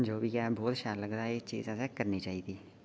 बहुत शैल लगदा एह् चीज असें करनी चाहिदी